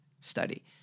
study